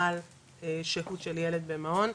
על שהות של ילד במעון,